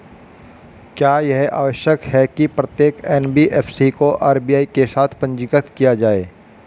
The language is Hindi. क्या यह आवश्यक है कि प्रत्येक एन.बी.एफ.सी को आर.बी.आई के साथ पंजीकृत किया जाए?